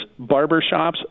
barbershops